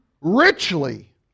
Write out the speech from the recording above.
richly